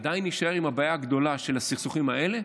עדיין נישאר עם הבעיה הגדולה של הסכסוכים האלה,